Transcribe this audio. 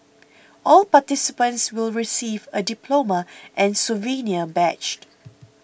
all participants will receive a diploma and souvenir badge